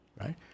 right